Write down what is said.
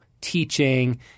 teaching